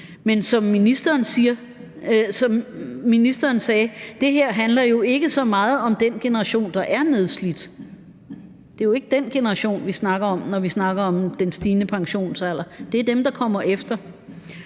Men som ministeren sagde, handler det her jo ikke så meget om den generation, der er nedslidt. Det er jo ikke den generation, vi snakker om, når vi snakker om den stigende pensionsalder, det er dem, der kommer efter.